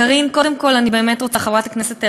קארין, חברת הכנסת אלהרר,